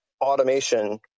automation